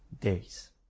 days